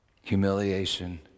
Humiliation